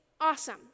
awesome